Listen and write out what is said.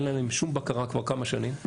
אין עליהם שום בקרה כבר כמה שנים.